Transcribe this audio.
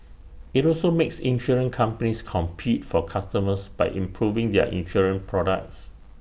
IT also makes insurance companies compete for customers by improving their insurance products